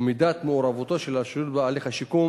ומידת מעורבותו של השירות בהליך השיקום